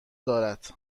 دارد